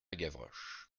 gavroche